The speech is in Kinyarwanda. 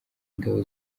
ingabo